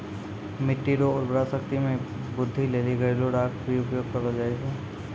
मिट्टी रो उर्वरा शक्ति मे वृद्धि लेली घरेलू राख भी उपयोग करलो जाय छै